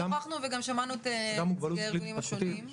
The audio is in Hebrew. שוחחנו וגם שמענו את נציגי הארגונים השונים.